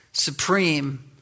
supreme